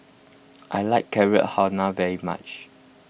I like Carrot Halwa very much